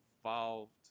involved